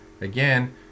again